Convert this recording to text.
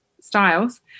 styles